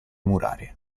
murarie